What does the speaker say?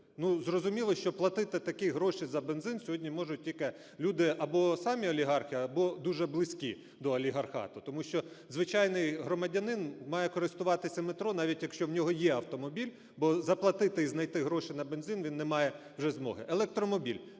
Ну, зрозуміло, що платити такі гроші за бензин сьогодні можуть тільки люди або самі олігархи, або дуже близькі доолігархату, тому що звичайний громадянин має користуватися метро, навіть якщо у нього є автомобіль, бо заплатити і знайти гроші на бензин він не має вже змоги. Електромобіль